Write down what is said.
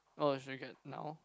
oh should we get now